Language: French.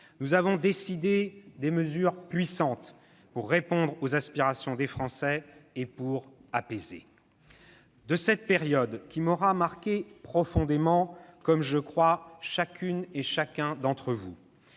Nous avons décidé des mesures puissantes pour répondre aux aspirations des Français et pour apaiser. « De cette période, qui m'aura marqué profondément- comme, je crois, chacun d'entre vous